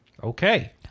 Okay